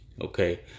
okay